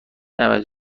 نود